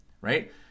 Right